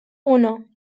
uno